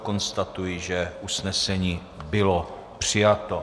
Konstatuji, že usnesení bylo přijato.